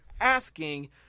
asking